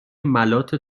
ملاط